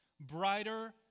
brighter